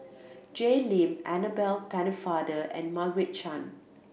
Jay Lim Annabel Pennefather and Margaret Chan